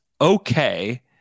okay